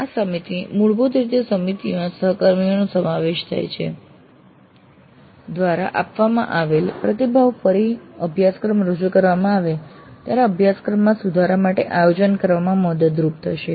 આ સમિતિ મૂળભૂત રીતે સમિતિમાં સહકર્મીઓનો સમાવેશ થાય છે દ્વારા આપવામાં આવેલ પ્રતિભાવ ફરી અભ્યાસક્રમ રજૂ કરવામાં આવે ત્યારે અભ્યાસક્રમમાં સુધારા માટે આયોજન કરવામાં મદદરૂપ થશે